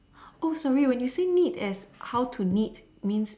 oh sorry when you say meet as how to knit means